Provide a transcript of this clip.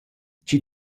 chi